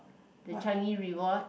the Changi rewards